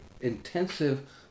intensive